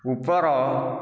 ଉପର